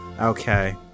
Okay